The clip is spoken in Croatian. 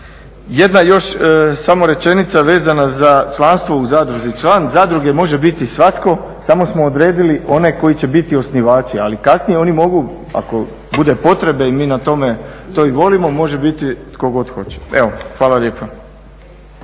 jedna još samo rečenica vezana za članstvo u zadruzi. Član zadruge može biti svatko, samo smo odredili one koji će biti osnivači, ali kasnije oni mogu ako bude potrebe i mi to i volimo može biti tko god hoće. Evo, hvala lijepa.